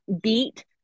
beat